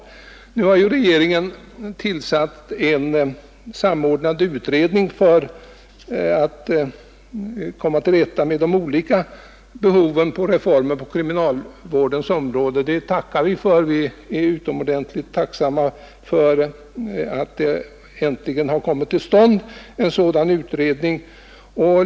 Nu har regeringen tillsatt en samordnande utredning för att komma till rätta med de olika behoven av reformer på kriminalitetens område. Vi är utomordentligt tacksamma för att en sådan utredning äntligen kommit till stånd.